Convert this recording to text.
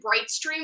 Brightstream